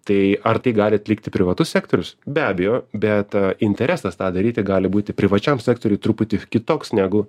tai ar tai gali atlikti privatus sektorius be abejo beta interesas tą daryti gali būti privačiam sektoriui truputį kitoks negu